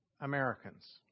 Americans